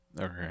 Okay